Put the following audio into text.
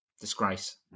Disgrace